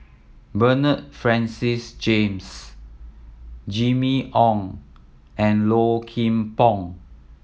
Bernard Francis James Jimmy Ong and Low Kim Pong